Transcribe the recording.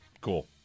Cool